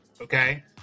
okay